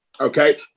Okay